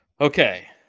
Okay